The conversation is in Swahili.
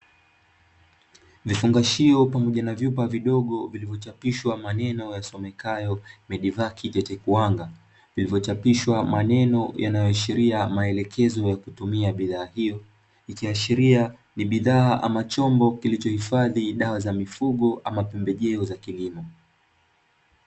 Vifungashio pamoja na vyuma vidogo vilivyochapishwa maneno yasomekayo "Medivac" tetekuwanga, vilivyochapishwa maneno yanayoashiria maelekezo ya kutumia bidhaa hiyo; ikiashiria ni bidhaa ama chombo kilichohifadhi dawa za mifugo ama pembejeo za kilimo.